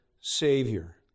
Savior